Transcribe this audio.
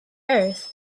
earth